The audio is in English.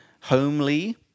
homely